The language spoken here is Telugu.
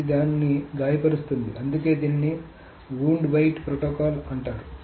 ఇది దానిని గాయపరుస్తుంది అందుకే దీనిని వుండ్ వెయిట్ ప్రోటోకాల్ అంటారు